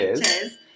Cheers